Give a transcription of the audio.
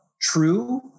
true